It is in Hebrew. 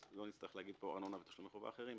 אז לא נצטרך להגיד פה על תשלומי חובה אחרים,